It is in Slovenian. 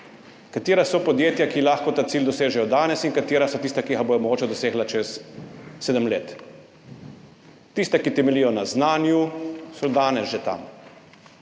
Katera so podjetja, ki lahko ta cilj dosežejo danes, in katera so tista, ki ga bodo mogoče dosegla čez sedem let? Tista, ki temeljijo na znanju, so že danes tam,